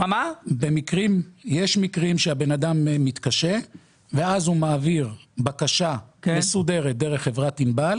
יש מקרים שהבן אדם מתקשה ואז הוא מעביר בקשה מסודרת דרך חברת ענבל,